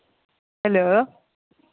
hello